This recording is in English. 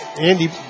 Andy